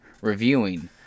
reviewing